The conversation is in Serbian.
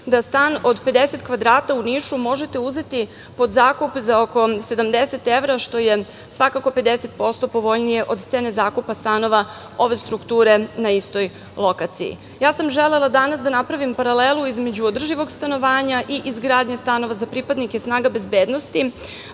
da stan od 50 kvadrata u Nišu možete uzeti pod zakup za oko 70 evra, što je svakako 50% povoljnije od cene zakupa stanova ove strukture na istoj lokaciji. Ja sam želela danas da napravim paralelu između održivog stanovanja i izgradnje stanova za pripadnike snaga bezbednosti.